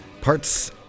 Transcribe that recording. Parts